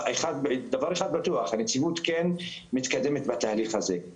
דבר אחד בטוח והוא שהנציבות כן מתקדמת בתהליך הזה.